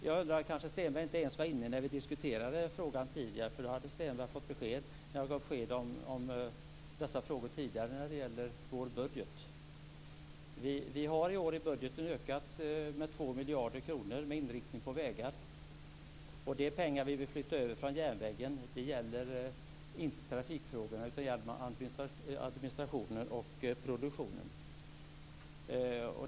Hans Stenberg var kanske inte närvarande när vi diskuterade frågan tidigare, för då hade Stenberg fått besked om vår budget. Vi har i år i vår budget ökat med 2 miljarder kronor med inriktning på vägar. De pengar som vi vill flytta över från järnvägen gäller inte trafiksidan utan det gäller administration och produktion.